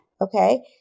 Okay